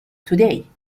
today